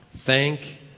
Thank